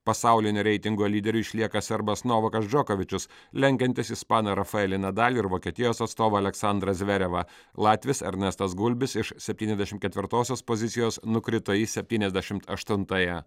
pasaulinio reitingo lyderiu išlieka serbas novakas džokovičius lenkiantis ispaną rafaelį nadalį ir vokietijos atstovą aleksandrą zverevą latvis ernestas gulbis iš septyniasdešimt ketvirtosios pozicijos nukrito į septyniasdešimt aštuntąją